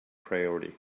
priority